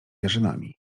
jarzynami